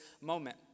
moment